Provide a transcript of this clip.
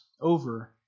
over